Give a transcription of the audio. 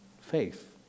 faith